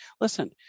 listen